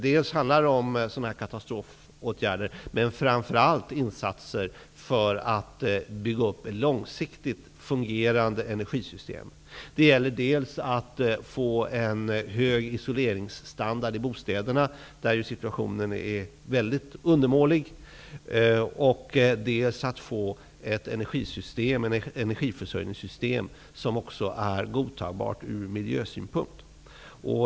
Det handlar om katastrofåtgärder men framför allt om insatser för att bygga upp ett långsiktigt fungerande energisystem. Det gäller att få en hög isoleringsstandard i bostäderna. Situationen är mycket undermålig. Det gäller också att skapa ett energiförsörjningssystem som är godtagbart ur miljösynpunkt.